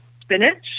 spinach